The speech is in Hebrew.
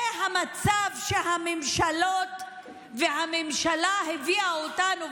זה המצב שהממשלה הביאה אותנו אליו.